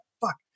fuck